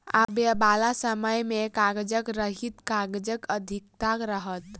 आबयबाला समय मे कागज रहित काजक अधिकता रहत